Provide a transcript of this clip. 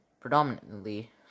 predominantly